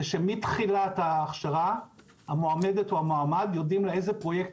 שמתחילת ההכשרה המועמדת או המועמד יודעים לאיזה פרויקט,